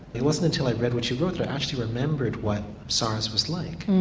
it wasn't until i read what you wrote that i actually remembered what sars was like.